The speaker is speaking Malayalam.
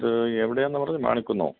ഇത് എവിടെയാന്നാണ് പറഞ്ഞത് മാണിക്കുന്നോ